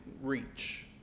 reach